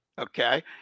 okay